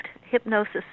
hypnosis